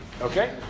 Okay